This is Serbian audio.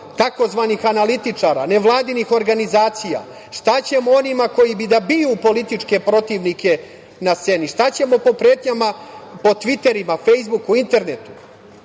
tzv. analitičara, nevladinih organizacija? Šta ćemo onima koji bi da biju političke protivnike na sceni? Šta ćemo po pretnjama po tviterima, Fejsbuku, internetu? Dragi